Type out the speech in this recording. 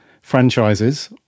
franchises